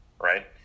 right